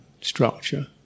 structure